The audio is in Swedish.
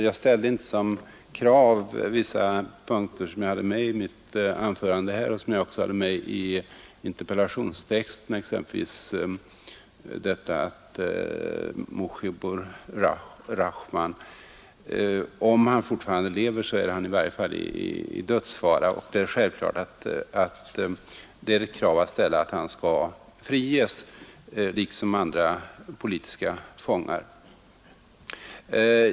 Jag ställde inte några krav beträffande vissa punkter som jag hade med i mitt anförande och som jag också hade med i interpellationstexten, exempelvis att Mujibur Rahman — om han fortfarande lever är han i varje fall i dödsfara — skall friges liksom andra politiska fångar.